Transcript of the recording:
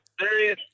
serious